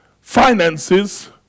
finances